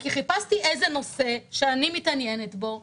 כי חיפשתי איזה נושא שאני מתעניינת בו,